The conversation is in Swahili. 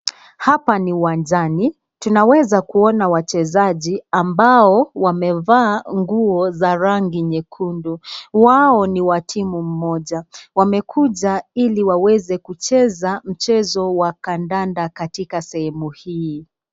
Hapa ni uwanjani, tunaweza kuona wachezaji ambao wamevaa nguo za rangi nyekundu. Wao ni wa timu moja. Wamekuja hili waweze kucheza mchezo wa kandanda katika sehemu hii.